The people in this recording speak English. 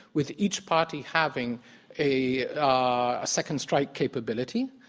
with each party having a ah second-strike capability.